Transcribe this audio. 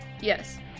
Yes